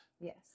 yes